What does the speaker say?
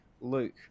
Luke